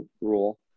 rule